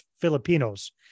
Filipinos